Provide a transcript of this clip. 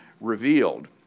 revealed